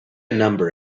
number